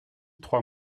trois